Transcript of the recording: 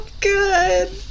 good